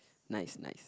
nice nice